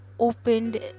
Opened